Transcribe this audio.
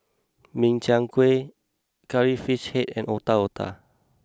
Min Chiang Kueh Curry Fish Head And Otak Otak